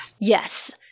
Yes